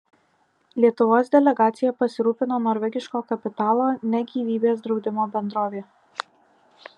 lietuvos delegacija pasirūpino norvegiško kapitalo ne gyvybės draudimo bendrovė